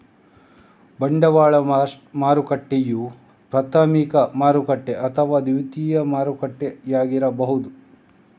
ಬಂಡವಾಳ ಮಾರುಕಟ್ಟೆಯು ಪ್ರಾಥಮಿಕ ಮಾರುಕಟ್ಟೆ ಅಥವಾ ದ್ವಿತೀಯ ಮಾರುಕಟ್ಟೆಯಾಗಿರಬಹುದು